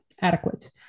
adequate